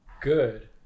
good